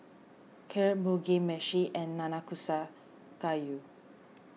Kheer Mugi Meshi and Nanakusa Gayu